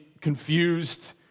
confused